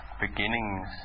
beginnings